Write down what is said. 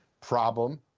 problem